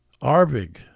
Arbig